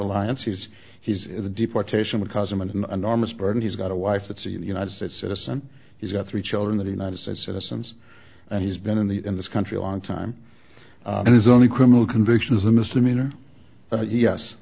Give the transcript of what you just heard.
reliance he's he's a deportation because i'm an enormous burden he's got a wife that's the united states citizen he's got three children the united states citizens and he's been in the in this country a long time and his only criminal conviction is a misdemeanor